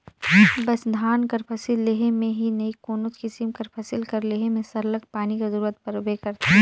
बस धान कर फसिल लेहे में ही नई कोनोच किसिम कर फसिल कर लेहे में सरलग पानी कर जरूरत परबे करथे